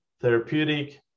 therapeutic